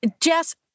Jess